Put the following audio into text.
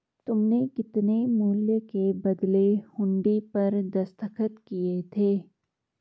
तुमने कितने मूल्य के बदले हुंडी पर दस्तखत किए थे?